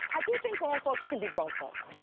i do think grown folks can be grown folks.